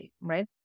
right